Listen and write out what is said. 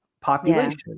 population